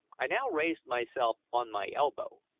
i now raised myself on my elbow,